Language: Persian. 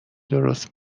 درست